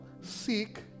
Seek